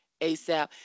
ASAP